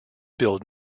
build